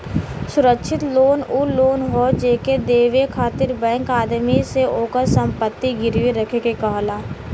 सुरक्षित लोन उ लोन हौ जेके देवे खातिर बैंक आदमी से ओकर संपत्ति गिरवी रखे के कहला